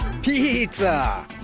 Pizza